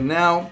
now